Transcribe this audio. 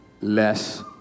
less